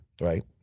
right